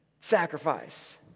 sacrifice